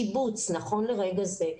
נכון לרגע זה,